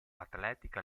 atletica